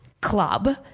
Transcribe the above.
club